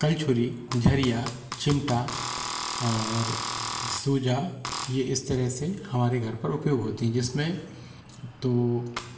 कलछुड़ी झरिया चिमटा और सूजा ये इस तरह से हमारे घर पर उपयोग होती है जिसमें तो